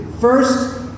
First